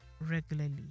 regularly